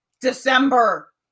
December